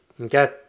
Okay